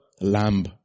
lamb